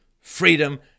freedom